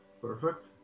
Perfect